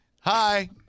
Hi